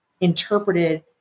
interpreted